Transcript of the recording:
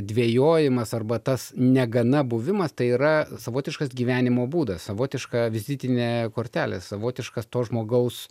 dvejojimas arba tas negana buvimas tai yra savotiškas gyvenimo būdas savotiška vizitinė kortelė savotiškas to žmogaus